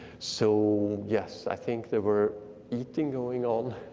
so yes, i think there were eating going on.